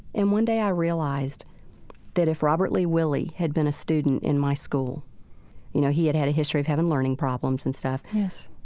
and one day i realized that if robert lee willie had been a student in my school you know, he had had a history of having learning problems and such